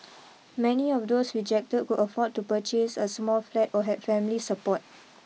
many of those rejected could afford to purchase a small flat or had family support